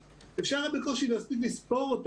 אי אפשר היה לטפל בילדים.